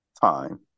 time